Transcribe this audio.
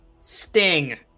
sting